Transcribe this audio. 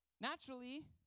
Naturally